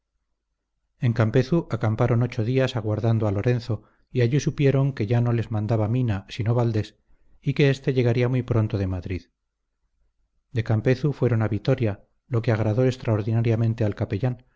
en campezu acamparon ocho días aguardando a lorenzo y allí supieron que ya no les mandaba mina sino valdés y que éste llegaría muy pronto de madrid de campezu fueron a vitoria lo que agradó extraordinariamente al capellán